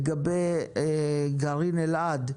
לגבי גרעין אלעד,